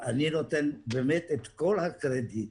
אני נותן את כל הקרדיט